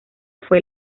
fue